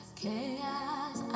chaos